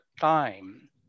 time